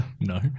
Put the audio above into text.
No